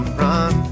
run